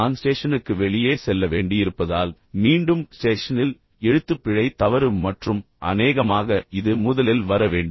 நான் ஸ்டேஷனுக்கு வெளியே செல்ல வேண்டியிருப்பதால் மீண்டும் ஸ்டேஷனில் எழுத்துப்பிழை தவறு மற்றும் அநேகமாக இது முதலில் வர வேண்டும்